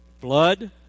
Blood